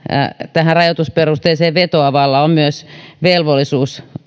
tähän rajoitusperusteeseen vetoavalla on myös velvollisuus